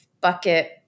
bucket